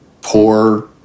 poor